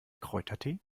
kräutertee